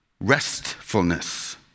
Restfulness